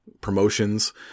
promotions